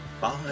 Bye